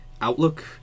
outlook